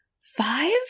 Five